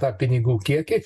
tą pinigų kiekį